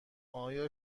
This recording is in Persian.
آیا